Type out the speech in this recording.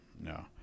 No